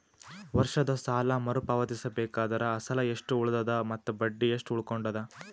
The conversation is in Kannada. ವರ್ಷದ ಸಾಲಾ ಮರು ಪಾವತಿಸಬೇಕಾದರ ಅಸಲ ಎಷ್ಟ ಉಳದದ ಮತ್ತ ಬಡ್ಡಿ ಎಷ್ಟ ಉಳಕೊಂಡದ?